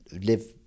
live